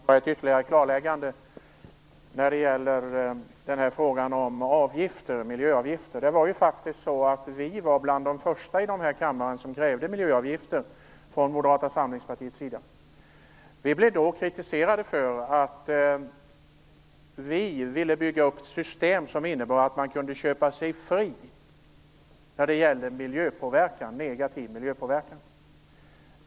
Fru talman! Jag vill bara göra ett ytterligare klarläggande när det gäller frågan om miljöavgifter. Vi i Moderata samlingspartiet var bland de första i denna kammare som krävde miljöavgifter. Vi blev då kritiserade för att vi ville bygga upp system som innebar att man kunde köpa sig fri när det gällde negativ miljöpåverkan.